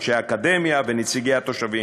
אנשי אקדמיה ונציגי התושבים.